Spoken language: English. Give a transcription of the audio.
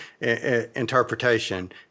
interpretation